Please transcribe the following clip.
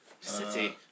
City